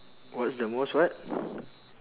what's the most what